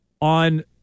On